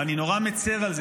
ואני נורא מצר על זה